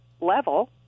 level